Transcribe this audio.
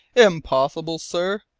impossible, sir!